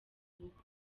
ubukwe